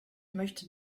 möchte